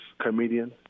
comedian